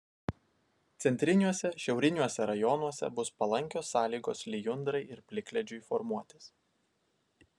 centriniuose šiauriniuose rajonuose bus palankios sąlygos lijundrai ir plikledžiui formuotis